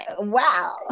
Wow